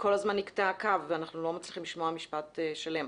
כל הזמן נקטע הקו ואנחנו לא מצליחים לשמוע משפט שלם,